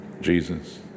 Jesus